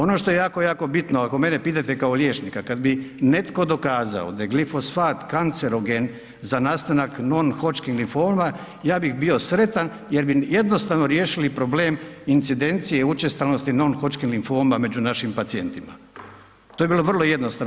Ono što je jako, jako bitno ako mene pitate kao liječnika, kad bi netko dokazao da je glifosat kancerogen za nastanak non hodgkin limfoma ja bih bio sretan jer bi jednostavno riješili problem incidencije učestalosti non hodgkin limfoma među našim pacijentima, to bi bilo vrlo jednostavno.